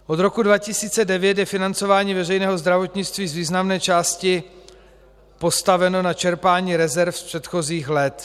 Od roku 2009 je financování veřejného zdravotnictví z významné části postaveno na čerpání rezerv z předchozích let.